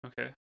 Okay